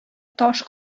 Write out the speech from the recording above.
таш